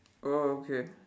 oh okay